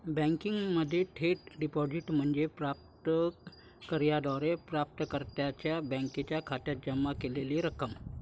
बँकिंगमध्ये थेट डिपॉझिट म्हणजे प्राप्त कर्त्याद्वारे प्राप्तकर्त्याच्या बँक खात्यात जमा केलेली रक्कम